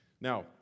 Now